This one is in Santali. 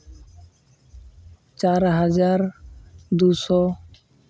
ᱪᱟᱨ ᱦᱟᱡᱟᱨ ᱫᱩᱥᱚ